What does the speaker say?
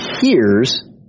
hears